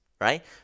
Right